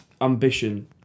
ambition